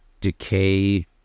decay